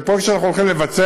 זה פרויקט שאנחנו הולכים לבצע,